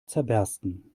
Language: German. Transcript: zerbersten